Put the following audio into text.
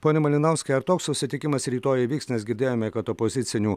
pone malinauskai ar toks susitikimas rytoj įvyks nes girdėjome kad opozicinių